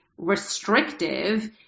restrictive